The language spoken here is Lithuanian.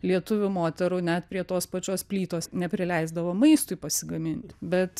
lietuvių moterų net prie tos pačios plytos neprileisdavo maistui pasigamint bet